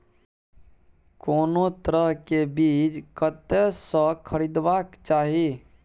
कोनो तरह के बीज कतय स खरीदबाक चाही?